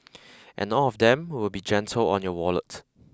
and all of them will be gentle on your wallet